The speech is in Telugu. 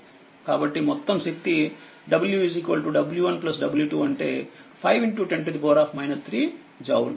కాబట్టి మొత్తం శక్తి w w1 w2అంటే510 3 జౌల్